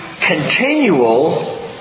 continual